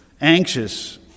anxious